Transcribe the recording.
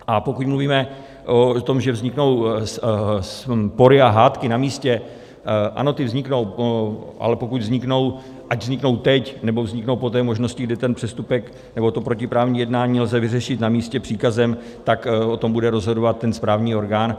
A pokud mluvíme o tom, že vzniknou spory a hádky na místě, ano, ty vzniknou, ale pokud vzniknou, ať vzniknou teď, nebo vzniknou po té možnosti, kdy ten přestupek nebo to protiprávní jednání lze vyřešit na místě příkazem, tak o tom bude rozhodovat ten správní orgán.